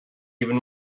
even